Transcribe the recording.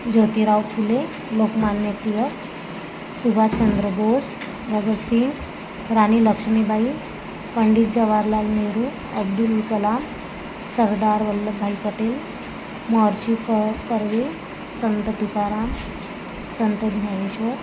Jyotirao Phule Lokmanya Tilak Subhashchandra Bose Bhagatsingh Rani Laxmibai Pandit Jawaharlal Nehru Abdul Kalam Sardar Vallabh Bhai Patel Maharshi K Karve Sant Tukaram Sant Dnyaneshwar